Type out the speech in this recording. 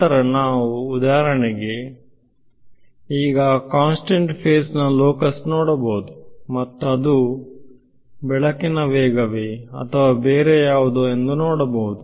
ನಂತರ ನಾವು ಉದಾಹರಣೆಗೆ ಈಗ ಕಾನ್ಸ್ಟೆಂಟ್ ಫೇಸ್ನಾ ಲೋಕಸ್ ನೋಡಬಹುದು ಮತ್ತು ಅದು ಬೆಳಕಿನ ವೇಗವೇ ಅಥವಾ ಬೇರೆ ಯಾವುದೋ ಎಂದು ನೋಡಬಹುದು